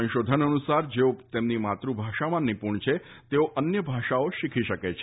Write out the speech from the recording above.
સંશોધન અનુસાર જેઓ તેમની માતૃભાષામાં નિપુણ છે તેઓ અન્ય ભાષાઓ શીખી શકે છે